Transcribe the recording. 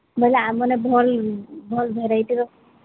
ବୋଲେ ଆମେମାନେ ଭଲ ଭଲ ଭେରାଇଟ୍ର